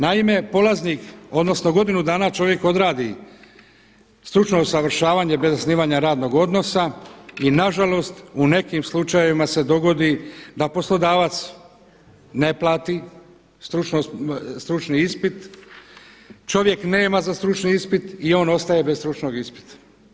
Naima, polaznik odnosno godinu dana čovjek odradi stručno usavršavanje bez zasnivanja radnog odnosa i nažalost u nekim slučajevima se dogodi da poslodavac ne plati stručni ispit, čovjek nema za stručni ispit i on ostaje bez stručnog ispita.